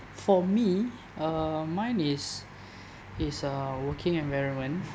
for me uh mine is is uh working environment